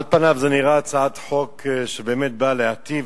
על פניו זו נראית הצעת חוק שבאמת באה להיטיב,